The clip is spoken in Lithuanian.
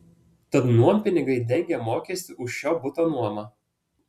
tad nuompinigiai dengia mokestį už šio buto nuomą